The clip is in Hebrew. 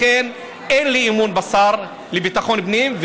לכן אין לי אמון בשר לביטחון פנים.